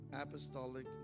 apostolic